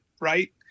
right